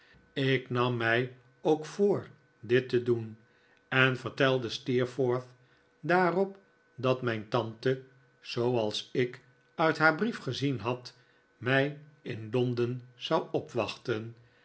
ik nam mij ook voor dit te doen en vertelde steerforth daarop dat mijn tante zooals ik uit haar brief gezien had mij in londen zou opwachten